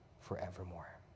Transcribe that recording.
forevermore